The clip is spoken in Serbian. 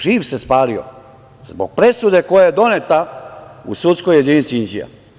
Živ se spalio zbog presude koja je doneta u sudskoj jedinica Inđija.